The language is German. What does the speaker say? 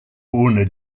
ohne